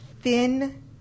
thin